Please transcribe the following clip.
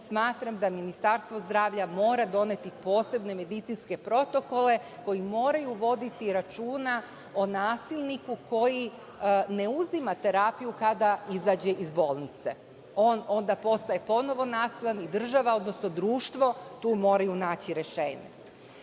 smatram da Ministarstvo zdravlja mora doneti posebne medicinske protokole, koji moraju voditi računa o nasilniku koji ne uzima terapiju kada izađe iz bolnice. On onda postaje ponovo nasilan i država, odnosno društvo tu moraju naći rešenje. Još